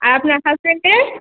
আর আপনার হাসবেন্ডের